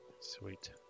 Sweet